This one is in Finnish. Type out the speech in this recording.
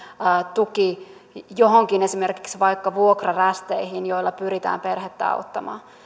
tuki johonkin esimerkiksi vaikka vuokrarästeihin jolla pyritään perhettä auttamaan